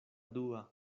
dua